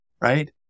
right